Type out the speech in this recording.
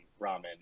ramen